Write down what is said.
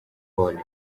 pole